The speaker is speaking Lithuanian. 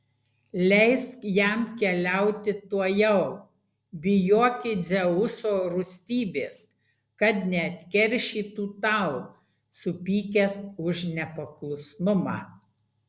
leisk jam keliauti tuojau bijoki dzeuso rūstybės kad neatkeršytų tau supykęs už nepaklusnumą